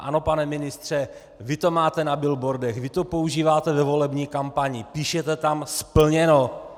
Ano, pane ministře, vy to máte na billboardech, vy to používáte ve volební kampani, píšete tam: Splněno!